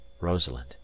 Rosalind